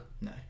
No